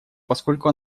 поскольку